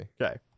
Okay